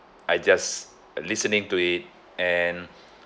I just listening to it and